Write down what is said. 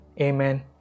amen